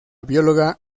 bióloga